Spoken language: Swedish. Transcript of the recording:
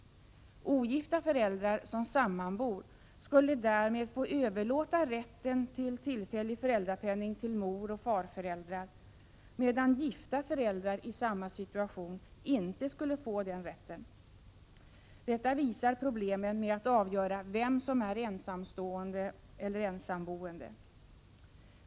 Ogifta föräldrar som sammanbor skulle därmed få överlåta rätten till tillfällig föräldrapenning till moroch farföräldrar, medan gifta föräldrar i samma situation inte skulle få den rätten. Detta visar problemen med att avgöra vem som är ensamstående eller ensamboende.